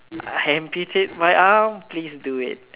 amputate my arm please do it